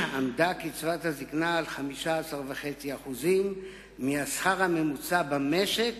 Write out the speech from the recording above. עמדה קצבת הזיקנה על 15.5% מהשכר הממוצע במשק,